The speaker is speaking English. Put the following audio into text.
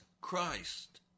Christ